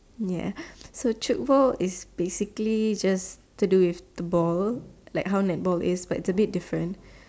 ya so tchoukball is basically just to do with the ball like how netball is but it's a bit different